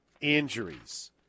injuries